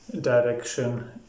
direction